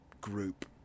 group